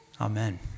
Amen